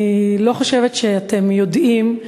אני לא חושבת שאתם יודעים,